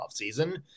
offseason